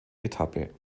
etappe